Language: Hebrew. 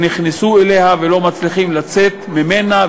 שהם נכנסו אליה והם לא מצליחים לצאת ממנה,